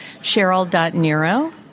Cheryl.Nero